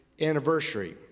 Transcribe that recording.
anniversary